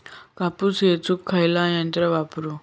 कापूस येचुक खयला यंत्र वापरू?